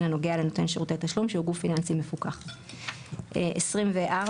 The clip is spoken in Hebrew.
הנוגע לנותן שירותי תשלום שהוא גוף פיננסי מפוקח."; (24)